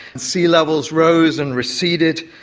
sea levels rose and receded.